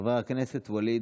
חבר הכנסת ואליד